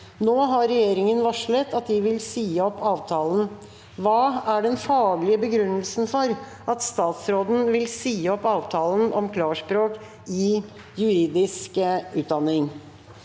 Nå har regjeringen varslet at de vil si opp avtalen. Hva er den faglige begrunnelsen for at statsråden vil si opp avtalen om klarspråk i juridisk utdanning?»